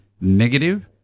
negative